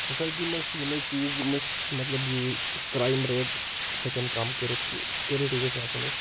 society منٛز چھِ یِمے چیٖز یِم أسۍ مطلب یہِ کرٛایِم رَیٹ ہیٚکن کم کٔرِتھ کینٛہہ سِکیورِٹی گژھِ آسٕنۍ أسۍ